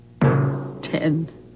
Ten